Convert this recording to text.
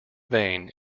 vane